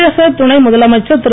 தமிழக துணை முதலமைச்சர் திரு